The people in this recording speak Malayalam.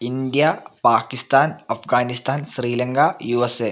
India Pakistan Afghanistan Sri Lanka U S A